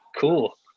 cool